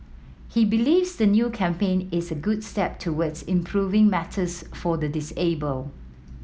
he believes the new campaign is a good step towards improving matters for the disabled